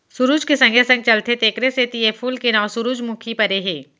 सुरूज के संगे संग चलथे तेकरे सेती ए फूल के नांव सुरूजमुखी परे हे